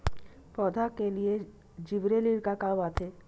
पौधा के लिए जिबरेलीन का काम आथे?